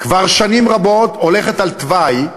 כבר שנים רבות הולכת על תוואי,